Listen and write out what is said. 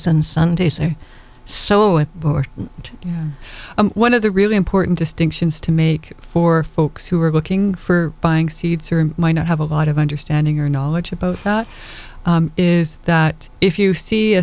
and sundays are so it were one of the really important distinctions to make for folks who are looking for buying seeds or might not have a lot of understanding or knowledge about that is that if you see a